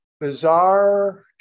bizarre